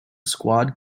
squad